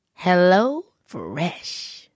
HelloFresh